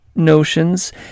notions